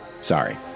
sorry